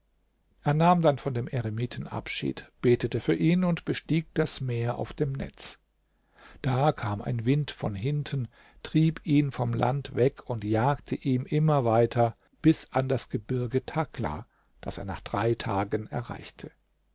er nahm dann von dem eremiten abschied betete für ihn und bestieg das meer auf dem netz da kam ein wind von hinten trieb ihn vom land weg und jagte ihm immer weiter bis an das gebirge thakla das er nach drei tagen erreichte